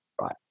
right